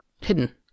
hidden